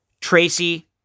Tracy